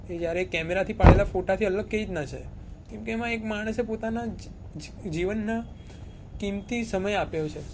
કે જ્યારે કેમેરાથી પાડેલા ફોટાથી અલગ કેવી રીતના છે કેમકે એમાં એક માણસે પોતાનાં જીવનના કિંમતી સમય આપ્યો છે